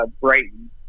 Brighton